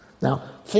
Now